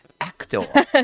actor